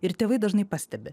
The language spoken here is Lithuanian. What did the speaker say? ir tėvai dažnai pastebi